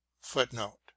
Footnote